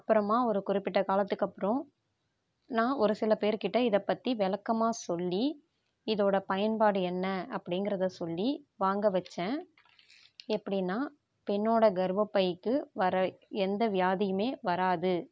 அப்புறமா ஒரு குறிப்பிட்ட காலத்துக்கப்புறோம் நான் ஒரு சில பேருக்கிட்ட இதை பற்றி விளக்கமா சொல்லி இதோடய பயன்பாடு என்ன அப்படிங்கறத சொல்லி வாங்க வச்சேன் எப்படின்னா பெண்ணோடய கர்ப்பபைக்கு வர எந்த வியாதியுமே வராது